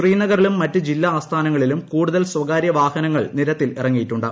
ശ്രീനഗറിലും മറ്റ് ജില്ലാ ആസ്ഥാനങ്ങളിലും കൂടുതൽ സ്വകാര്യ വാഹനങ്ങൾ നിരത്തിൽ ഇറങ്ങിയിട്ടുണ്ട്